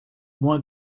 moins